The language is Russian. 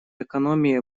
экономии